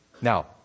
Now